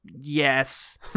Yes